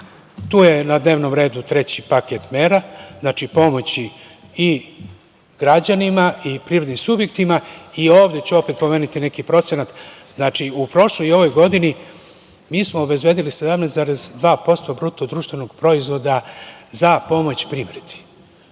Tu je na dnevnom redu treći paket mera, znači, pomoći i građanima i privrednim subjektima i ovde ću opet pomenuti neki procenat. Znači, u prošloj i ovoj godini mi smo obezbedili 17,2% BDP za pomoć privredi. Svi